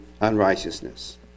unrighteousness